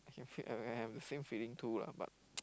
I can feel I have the same feeling too lah but